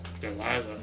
Delilah